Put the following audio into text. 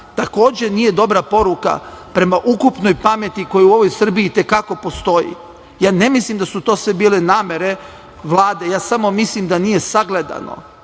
Takođe nije dobra poruka prema ukupnoj pameti koja u ovoj Srbiji i te kako postoji. Ne mislim da su to sve bile namere Vlade, ja samo mislim da nije sagledano